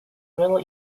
middle